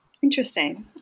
Interesting